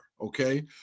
Okay